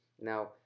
Now